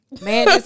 Man